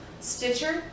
Stitcher